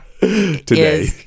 Today